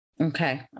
Okay